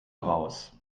raus